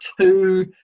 two